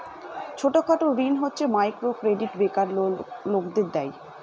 ছোট খাটো ঋণ হচ্ছে মাইক্রো ক্রেডিট বেকার লোকদের দেয়